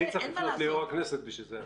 אני צריך לפנות ליו"ר הכנסת בשביל זה.